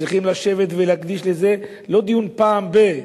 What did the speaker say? צריכים לשבת ולהקדיש לזה לא דיון פעם ב-,